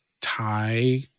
Thai